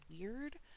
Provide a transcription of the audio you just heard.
weird